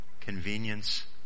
convenience